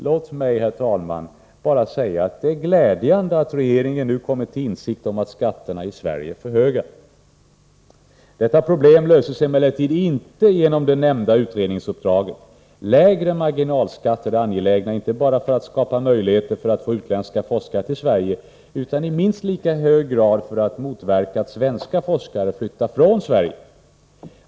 Låt mig, herr talman, bara säga att det är glädjande att regeringen nu kommit till insikt om att skatterna i Sverige är för höga. Detta problem löses emellertid inte genom det nämnda utredningsuppdraget. Lägre marginalskatter är angelägna inte bara för att skapa möjligheter för att få utländska forskare till Sverige utan i minst lika hög grad också för att motverka att svenska forskare flyttar från Sverige.